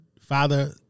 father